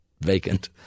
vacant